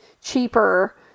cheaper